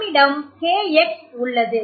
நம்மிடம் KX உள்ளது